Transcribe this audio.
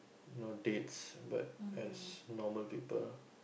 you know dates but as normal people